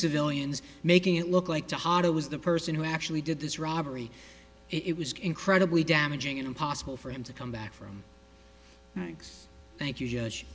civilians making it look like the hot it was the person who actually did this robbery it was incredibly damaging impossible for him to come back from thank you